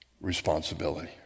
responsibility